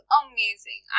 amazing